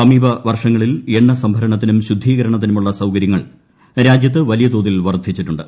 സമീപ വർഷങ്ങളിൽ എണ്ണ സംഭരണത്തിനും ശുദ്ധീകര്ണത്തിനുമുള്ള സൌകര്യങ്ങൾ രാജ്യത്ത് വലിയ തോതിൽ ്വർ ്ഷിച്ചിട്ടുണ്ട്